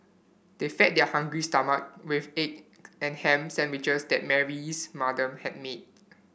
they fed their hungry stomach with egg and ham sandwiches that Mary's mother had made